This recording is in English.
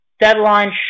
deadline